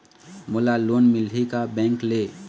मोला लोन मिलही का बैंक ले?